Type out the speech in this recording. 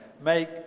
make